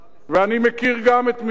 ואני מכיר גם את מגרון